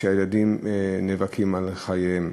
כשהילדים נאבקים על חייהם.